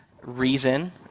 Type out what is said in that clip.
reason